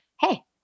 Hey